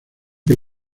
que